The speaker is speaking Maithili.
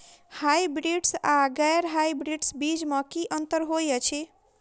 हायब्रिडस आ गैर हायब्रिडस बीज म की अंतर होइ अछि?